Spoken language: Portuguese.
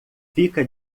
fica